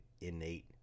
innate